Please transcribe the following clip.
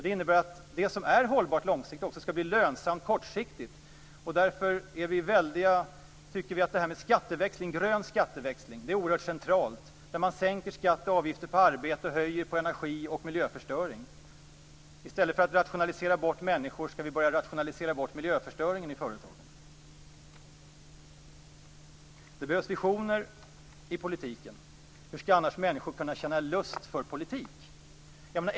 Det innebär att det som är hållbart långsiktigt också skall bli lönsamt kortsiktigt. Därför tycker vi att detta med grön skatteväxling är oerhört centralt, dvs. att man sänker skatt och avgifter på arbete och höjer skatt på energi och miljöförstöring. I stället för att rationalisera bort människor skall vi börja rationalisera bort miljöförstöringen i företagen. Det behövs visioner i politiken. Hur skall människor annars kunna känna lust för politik?